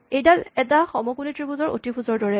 এইদাল এটা সমকোণী ত্ৰিভুজৰ অতিভুজৰ দৰে